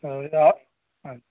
और आप अच्छा